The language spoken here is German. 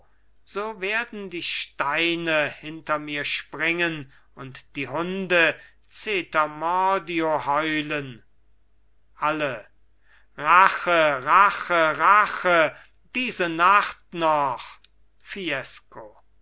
so werden die steine hinter mir springen und die hunde zetermordio heulen alle rache rache rache diese nacht noch